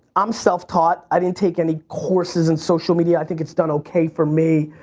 i'm self-taught. i didn't take any courses in social media. i think it's done okay for me.